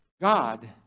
God